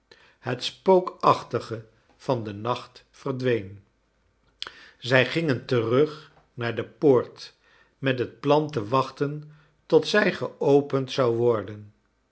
het spookachtige van den nacht vera ween zij gingen terug naar de poort met het plan te wachten tot zij geopend zou worden